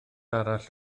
arall